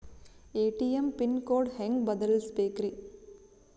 ATM PIN code ಹೆಂಗ್ ಬದಲ್ಸ್ಬೇಕ್ರಿ?